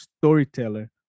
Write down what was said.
storyteller